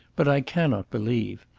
but i cannot believe.